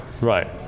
right